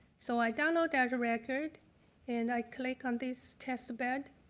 so i download that record and i click on this testbed,